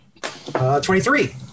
23